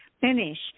finish